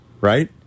Right